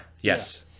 yes